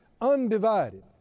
undivided